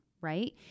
right